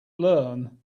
learn